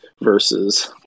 versus